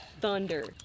thunder